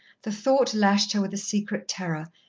the thought lashed her with a secret terror,